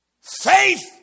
Faith